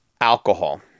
alcohol